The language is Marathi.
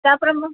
त्याप्रम